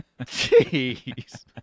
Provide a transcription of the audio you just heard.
Jeez